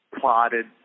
plotted